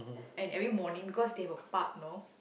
and every morning because they have a park you know